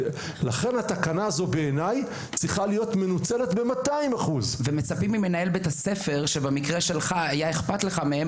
ולכן התקנה הזו בעיניי צריכה להיות מנוצלת ב- 200%. ומצפים ממנהל בית הספר שבמקרה שלך היה אכפת לך מהם,